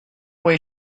way